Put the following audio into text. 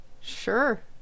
Sure